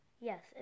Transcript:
Yes